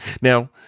now